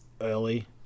early